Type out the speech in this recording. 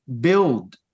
build